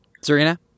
Serena